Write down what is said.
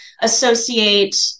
associate